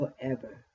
forever